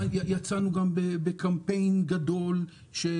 יצאנו גם בקמפיין גדול של